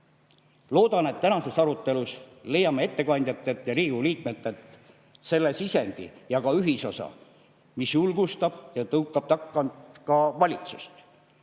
Loodan, et tänases arutelus leiame ettekandjatelt ja Riigikogu liikmetelt selle sisendi ja ka ühisosa, mis julgustab ja tõukab takka ka valitsust.